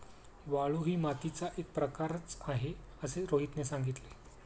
वाळू ही मातीचा एक प्रकारच आहे असे रोहितने सांगितले